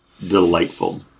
delightful